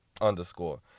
underscore